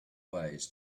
ways